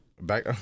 Back